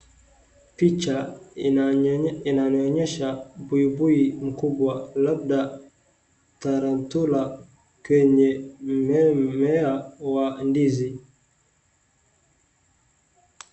Picha ina ina nionyesha buibuii mkubwa labda tarantula kenye mmea wa ndizi.